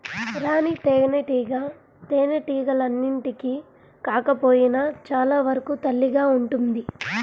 రాణి తేనెటీగ తేనెటీగలన్నింటికి కాకపోయినా చాలా వరకు తల్లిగా ఉంటుంది